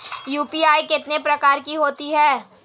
UPI कितने प्रकार की होती हैं?